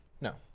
No